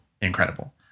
incredible